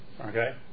okay